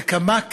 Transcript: וכמה,